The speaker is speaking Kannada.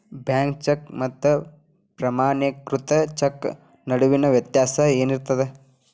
ಬ್ಯಾಂಕ್ ಚೆಕ್ ಮತ್ತ ಪ್ರಮಾಣೇಕೃತ ಚೆಕ್ ನಡುವಿನ್ ವ್ಯತ್ಯಾಸ ಏನಿರ್ತದ?